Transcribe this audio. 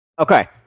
Okay